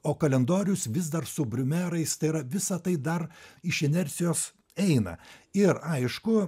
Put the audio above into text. o kalendorius vis dar su briumerais tai yra visa tai dar iš inercijos eina ir aišku